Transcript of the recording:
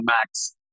Max